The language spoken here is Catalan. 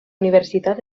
universitat